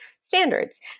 standards